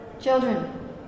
children